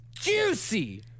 Juicy